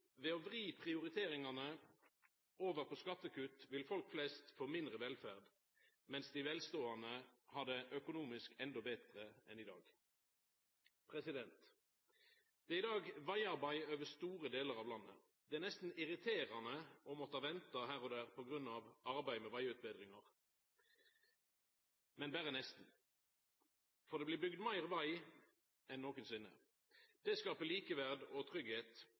Ved å vri prioriteringane over på skattekutt vil folk flest få mindre velferd, mens dei velståande har det økonomisk endå betre enn i dag. Det er i dag vegarbeid over store delar av landet. Det er nesten irriterande å måtte venta her og der på grunn av arbeid med vegutbetringar, men berre nesten. For det blir bygt meir veg enn nokosinne. Det skapar likeverd og